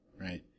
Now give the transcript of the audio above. right